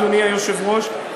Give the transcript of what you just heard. אדוני היושב-ראש,